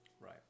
Right